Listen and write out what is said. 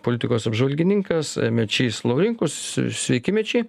politikos apžvalgininkas mečys laurinkus sveiki mečy